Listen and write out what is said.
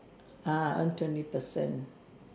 ah earn twenty percent